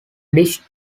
dish